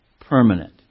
permanent